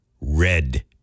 red